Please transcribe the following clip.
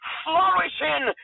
flourishing